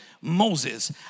Moses